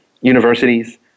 universities